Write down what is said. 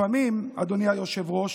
לפעמים, אדוני היושב-ראש,